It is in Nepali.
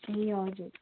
ए हजुर